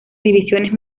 divisiones